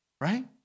right